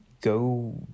Go